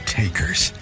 takers